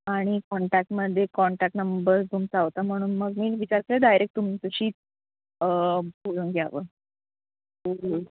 आणि कॉन्टॅकमध्ये contact number तुमचा होता म्हणून मग मी विचारते डायरेक तुमच्याशी बोलून घ्यावं